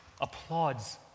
applauds